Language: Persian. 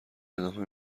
ادامه